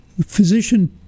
physician